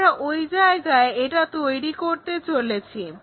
আমরা ওই জায়গায় এটা তৈরি করতে চলেছি